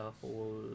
whole